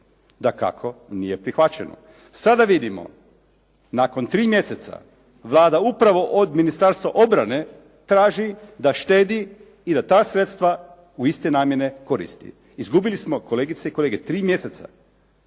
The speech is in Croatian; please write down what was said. Dakako nije prihvaćeno. Sada vidimo nakon 3 mjeseca Vlada upravo od Ministarstva obrane traži da štedi i da ta sredstva u iste namjene koristi. Izgubili smo kolegice tri mjeseca,